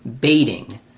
baiting